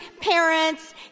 parents